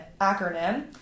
acronym